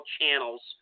channels